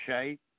shape